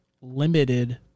limited